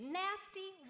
nasty